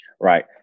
Right